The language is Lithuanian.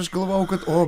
aš galvojau kad o